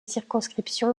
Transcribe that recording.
circonscription